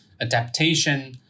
adaptation